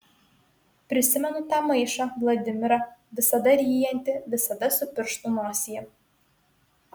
prisimenu tą maišą vladimirą visada ryjantį visada su pirštu nosyje